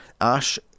Ash